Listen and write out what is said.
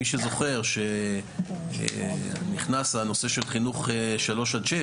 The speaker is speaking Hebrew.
מי שזוכר שנכנס הנושא של חינוך שלוש עד שש,